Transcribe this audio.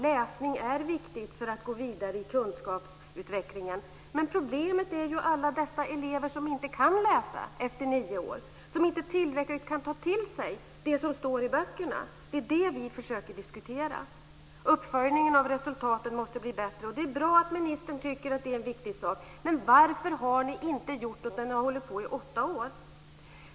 Läsning är viktig för att man ska kunna gå vidare i kunskapsutvecklingen, men problemet är alla de elever som inte kan läsa efter nio år och som inte tillräckligt kan ta till sig det som står i böckerna. Det är det som vi försöker diskutera. Uppföljningen av resultaten måste bli bättre, och det är bra att ministern tycker att det är en viktig sak, men varför har ni inte gjort något åt den under era åtta år?